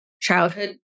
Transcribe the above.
childhood